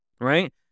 right